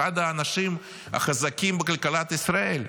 אחד האנשים החזקים בכלכלת ישראל.